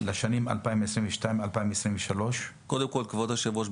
לשנת 2022 2023. כבוד היושב-ראש,